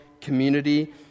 community